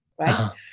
right